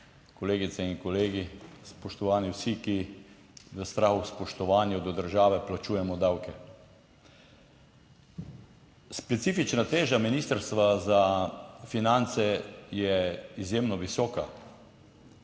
kolegice in kolegi, spoštovani vsi, ki strah spoštovanju do države plačujemo davke! Specifična teža Ministrstva za finance je izjemno visoka.